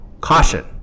caution